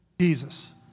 Jesus